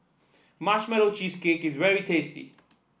Marshmallow Cheesecake is very tasty